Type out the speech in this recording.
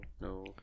no